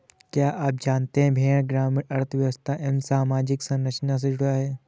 क्या आप जानते है भेड़ ग्रामीण अर्थव्यस्था एवं सामाजिक संरचना से जुड़ा है?